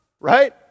Right